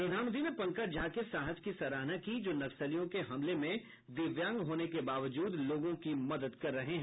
प्रधानमंत्री ने पंकज झा के साहस की सराहना की जो नक्सलियों के हमले में दिव्यांग होने के बावजूद लोगों की मदद कर रहे हैं